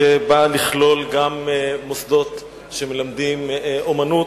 שבאה לכלול גם מוסדות שמלמדים אמנות,